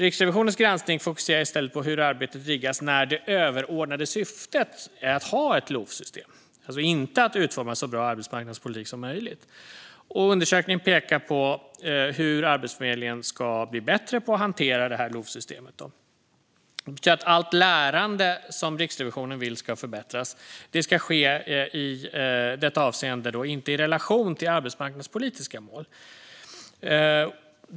Riksrevisionens granskning fokuserar i stället på hur arbetet riggas när det överordnade syftet är att ha ett LOV-system, alltså inte att utforma en så bra arbetsmarknadspolitik som möjligt. Undersökningen pekar på hur Arbetsförmedlingen ska bli bättre på att hantera LOV-systemet. Det betyder att allt lärande som Riksrevisionen vill ska förbättras ska ske i detta avseende och inte i relation till arbetsmarknadspolitiska mål.